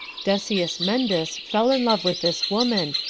decius mundus fell in love with this woman,